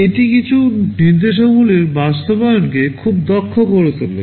এটি কিছু নির্দেশাবলীর বাস্তবায়নকে খুব দক্ষ করে তোলে